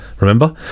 Remember